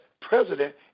president